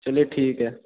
चलिए ठीक है